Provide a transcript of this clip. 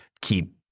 keep